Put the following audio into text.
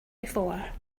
before